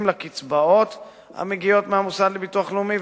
לקצבאות המגיעות מהמוסד לביטוח לאומי,